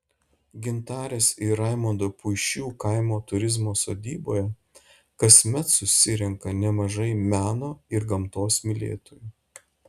gintarės ir raimondo puišių kaimo turizmo sodyboje kasmet susirenka nemažai meno ir gamtos mylėtojų